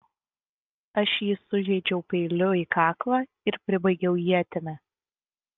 aš jį sužeidžiau peiliu į kaklą ir pribaigiau ietimi